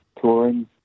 touring